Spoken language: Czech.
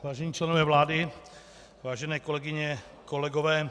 Vážení členové vlády, vážené kolegyně, kolegové.